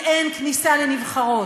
ולהגיד: אין כניסה לנבחרות.